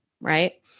right